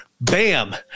Bam